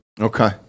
Okay